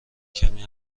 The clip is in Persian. کمی